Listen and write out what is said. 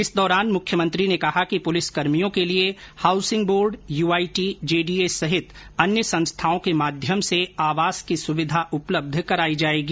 इस दौरान मुख्यमंत्री ने कहा कि पुलिसकर्मियों के लिए हाउसिंग बोर्ड यूआईटी जेडीए सहित अन्य संस्थाओं के माध्यम से आवास की सुविधा उपलब्ध कराई जायेगी